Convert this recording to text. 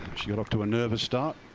she got off to a nervous start.